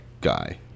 Guy